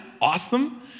awesome